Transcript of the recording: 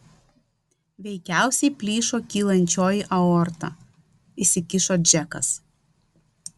veikiausiai plyšo kylančioji aorta įsikišo džekas